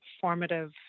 formative